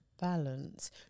balance